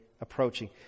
approaching